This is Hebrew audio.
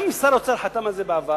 גם אם שר האוצר חתם על זה בעבר,